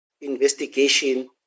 investigation